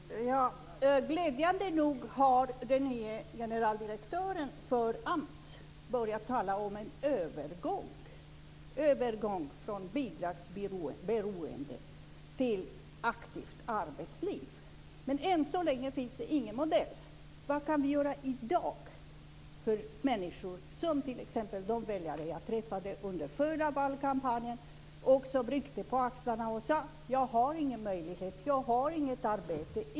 Fru talman! Glädjande nog har den nye generaldirektören för AMS börjat tala om en övergång - en övergång från bidragsberoende till aktivt arbetsliv. Men än så länge finns det ingen modell. Vad kan vi göra i dag för människor som t.ex. en del av de väljare jag träffade under förra valkampanjen? De ryckte på axlarna och sade: Jag har ingen möjlighet. Jag har inget arbete.